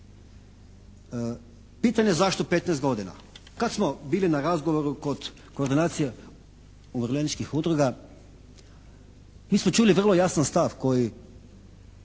Pitanje zašto 15 godina? Kad smo bili na razgovoru kod koordinacije umirovljeničkih udruga mi smo čuli vrlo jasan stav koji